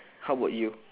how about you